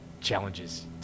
challenges